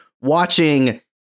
watching